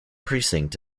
precinct